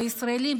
בישראלים,